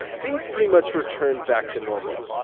things pretty much returned back to normal.